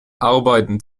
arbeiten